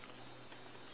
this saturday